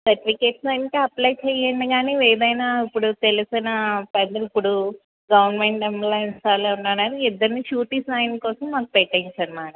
certificates అంటే apply చెయ్యండి గానీ ఏదైనా ఇప్పుడు తెలిసిన పైగా ఇప్పుడు ఎవరినైనా ఇద్దరినీ షూరిటీ సైన్ కోసం వాళ్ళని పెట్టించండి మ్యాడమ్